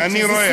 כן, אני רואה.